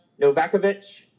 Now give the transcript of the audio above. Novakovic